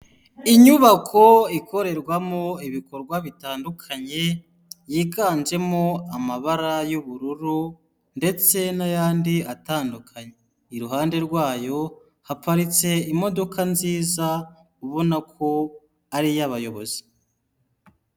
Inyubako ikorerwamo ibikorwa bitandukanye yiganjemo amabara y'ubururu ndetse n'ayandi atandukanye, iruhande rwayo haparitse imodoka nziza ubona ko ari iy'abayobozi.